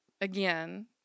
again